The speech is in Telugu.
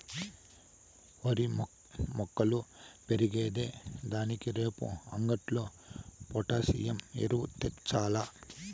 ఓరి మొక్కలు పెరిగే దానికి రేపు అంగట్లో పొటాసియం ఎరువు తెచ్చాల్ల